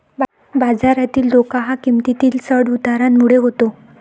बाजारातील धोका हा किंमतीतील चढ उतारामुळे होतो